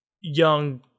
young